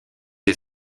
est